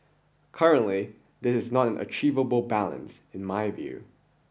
currently this is not an achievable balance in my view